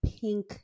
pink